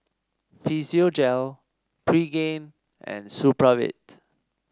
Physiogel Pregain and Supravit